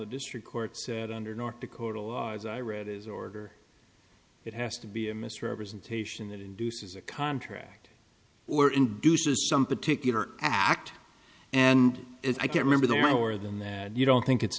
the district court said under north dakota law as i read his order it has to be a misrepresentation that induces a contract or induces some particular act and if i can't remember there are more than that you don't think it's